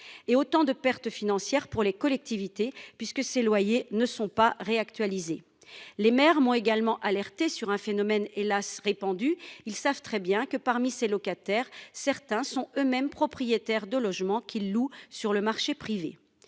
et autant de pertes financières pour les collectivités puisque ses loyers ne sont pas réactualisé. Les maires ont également alerté sur un phénomène hélas répandue. Ils savent très bien que parmi ses locataires. Certains sont eux-mêmes propriétaires de logements qu'ils louent sur le marché privé.